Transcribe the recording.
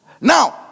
Now